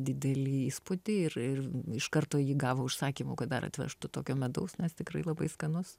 didelį įspūdį ir ir iš karto jį gavo užsakymų kad dar atvežtų tokio medaus nes tikrai labai skanus